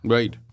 Right